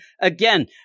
again